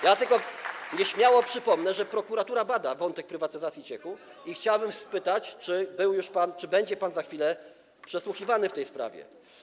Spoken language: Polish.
Ja tylko nieśmiało przypomnę, że prokuratura bada wątek prywatyzacji Ciechu, i chciałbym spytać, czy był już pan, czy będzie pan za chwilę przesłuchiwany w tej sprawie.